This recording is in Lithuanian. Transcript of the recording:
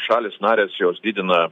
šalys narės jos didina